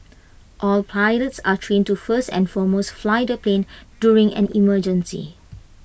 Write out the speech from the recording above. all pilots are trained to first and foremost fly the plane during an emergency